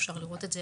אפשר לראות את זה